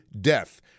death